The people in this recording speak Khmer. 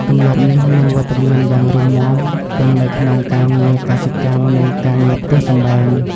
ទម្លាប់នេះមានវត្តមានយ៉ាងរឹងមាំទាំងនៅក្នុងការងារកសិកម្ម និងការងារផ្ទះសម្បែង។